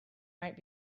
might